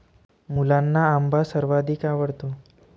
मुलांना आंबा सर्वाधिक आवडतो